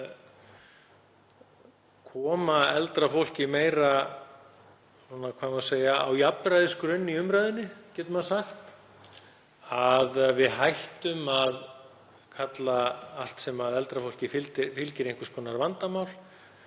að koma eldra fólki meira á jafnræðisgrunn í umræðunni, að við hættum að kalla allt sem eldra fólki fylgir einhvers konar vandamál